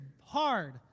hard